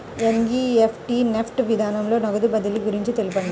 NEFT NEFT విధానంలో నగదు బదిలీ గురించి తెలుపండి?